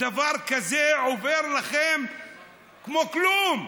דבר כזה עובר לכם כמו כלום?